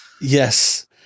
Yes